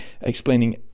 explaining